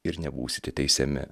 ir nebūsite teisiami